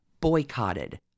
boycotted